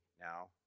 now